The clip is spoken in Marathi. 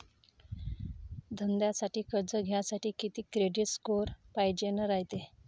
धंद्यासाठी कर्ज घ्यासाठी कितीक क्रेडिट स्कोर पायजेन रायते?